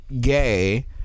gay